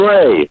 Ray